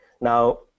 Now